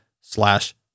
slash